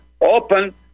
open